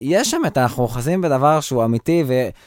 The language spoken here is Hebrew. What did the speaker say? יש שם את ה... אנחנו אוחזים בדבר שהוא אמיתי ו...